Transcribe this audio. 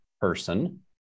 person